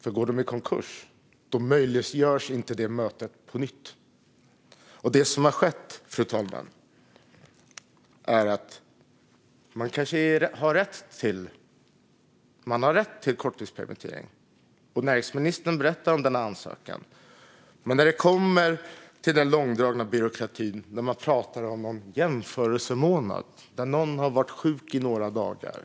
För om de går i konkurs är sådana möten inte längre möjliga. Det som har skett, fru talman, är att man har rätt till korttidspermittering. Näringsministern berättar om ansökningarna. Men min fråga gäller den långdragna byråkratin där man talar om jämförelsemånader då någon kanske har varit sjuk i några dagar.